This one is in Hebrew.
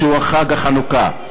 שהוא חג החנוכה.